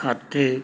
ਖਾਤੇ